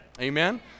Amen